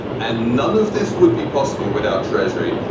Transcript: and none of this would be possible without treasury.